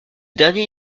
dernier